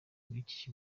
umuyobozi